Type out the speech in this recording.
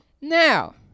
now